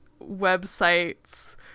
websites